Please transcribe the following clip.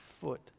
foot